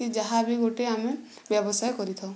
କି ଯାହାବି ଗୋଟିଏ ଆମେ ବ୍ୟବସାୟ କରିଥାଉ